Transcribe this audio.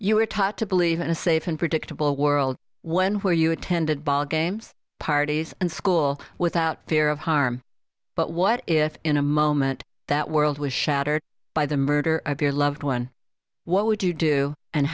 you were taught to believe in a safe and predictable world one where you attended ballgames parties and school without fear of harm but what if in a moment that world was shattered by the murder of your loved one what would you do and